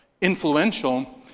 influential